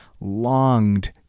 longed